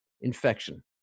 infection